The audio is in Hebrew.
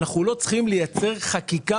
אנחנו לא צריכים לייצר חקיקה